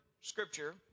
Scripture